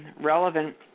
relevant